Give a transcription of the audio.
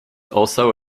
also